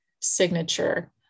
signature